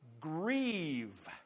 grieve